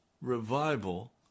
revival